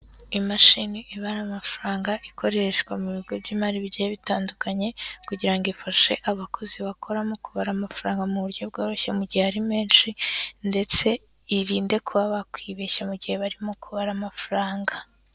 Imashini ibara amafaranga, ikoreshwa mu bigo by'imari bigiye bitandukanye, kugira ngo ifashe abakozi bakoramo kubara amafaranga mu buryo bworoshye mu gihe ari menshi, ndetse irinde kuba bakwibeshya mu gihe barimo kubara amafaranga.